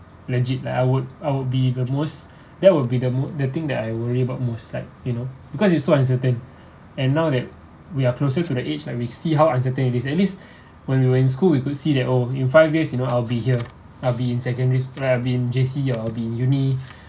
legit like I would I would be the most that would be the the thing that I worry about most like you know because it so uncertain and now that we are closer to the age like we see how uncertain it is at least when you were in school you could see that oh in five years you know I'll be here I'll be in secondary I'll be in J_C I'll be in uni